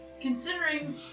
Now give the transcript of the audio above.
Considering